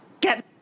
get